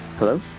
Hello